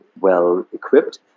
well-equipped